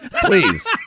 Please